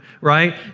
right